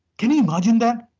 can you imagine that?